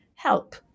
Help